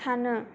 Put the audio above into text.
सानो